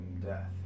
death